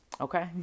Okay